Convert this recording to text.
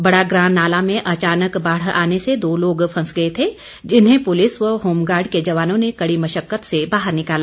बड़ाग्रां नाला में अचानक बाढ़ आने से दो लोग फंस गए थे जिन्हें पुलिस व होमगार्ड के जवानों ने कड़ी मशक्कत से बाहर निकाला